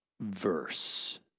verse